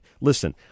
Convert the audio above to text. Listen